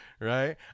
Right